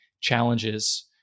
challenges